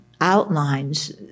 outlines